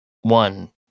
one